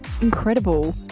incredible